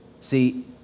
See